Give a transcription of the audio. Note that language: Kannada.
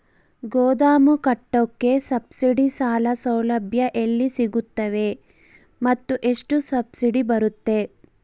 ಗೋದಾಮು ಕಟ್ಟೋಕೆ ಸಬ್ಸಿಡಿ ಸಾಲ ಸೌಲಭ್ಯ ಎಲ್ಲಿ ಸಿಗುತ್ತವೆ ಮತ್ತು ಎಷ್ಟು ಸಬ್ಸಿಡಿ ಬರುತ್ತೆ?